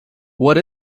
what